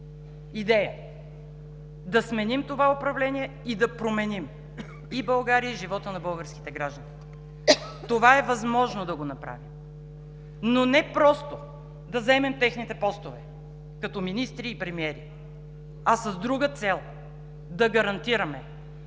идея: да сменим това управление и да променим и България, и живота на българските граждани. Това е възможно да го направим, но не просто да заемем техните постове като министри и премиери, а с друга цел – да гарантираме